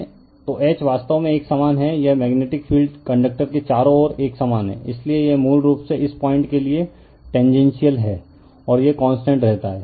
तो H वास्तव में एक समान है यह मेग्नेटिक फील्ड कंडक्टर के चारों ओर एक समान है इसलिए यह मूल रूप से इस पॉइंट के लिए टेनजेनशिअल है और यह कांस्टेंट रहता है